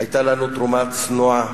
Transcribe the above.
היתה לנו תרומה צנועה.